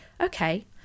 okay